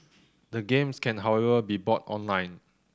the games can however be bought online